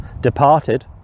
departed